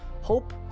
Hope